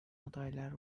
adaylar